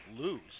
lose